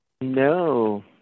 No